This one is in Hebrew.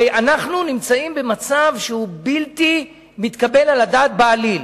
הרי אנחנו נמצאים במצב שהוא בלתי מתקבל על הדעת בעליל.